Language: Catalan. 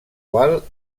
qual